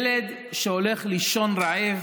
ילד שהולך לישון רעב